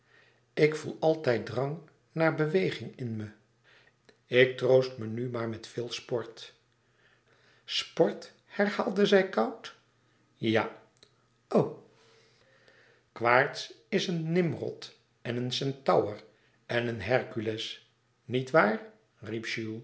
ik voel altijd drang naar beweging in me ik troost me nu maar met veel sport sport herhaalde zij koud ja quaerts is een nimrod en een centaur en een herkules niet waar